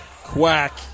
quack